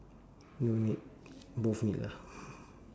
no need both need ah